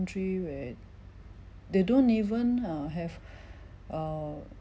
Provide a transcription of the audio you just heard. where they don't even uh have err